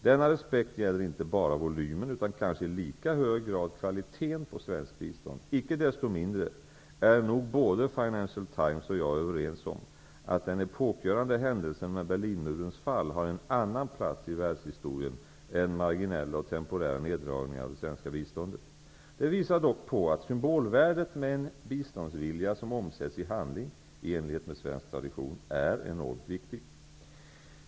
Denna respekt gäller inte bara volymen utan kanske i lika hög grad kvaliteten på svenskt bistånd. Icke desto mindre är nog både Financial Times och jag överens om att den epokgörande händelsen med Berlinmurens fall har en annan plats i världshistorien än marginella och temporära neddragningar av det svenska biståndet. Det visar dock på att symbolvärdet med en biståndsvilja som omsätts i handling, i enlighet med svensk tradition, är enormt viktigt.